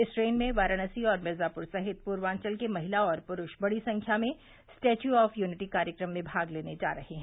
इस ट्रेन में वाराणसी और मिर्जापूर सहित पूर्वाचल के महिला और पुरूष बड़ी संख्या में स्टेच्यू ऑफ यूनिटी कार्यक्रम में भाग लेने जा रहे हैं